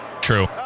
True